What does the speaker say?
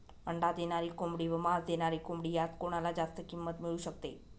अंडी देणारी कोंबडी व मांस देणारी कोंबडी यात कोणाला जास्त किंमत मिळू शकते?